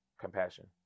compassion